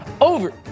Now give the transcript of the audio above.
over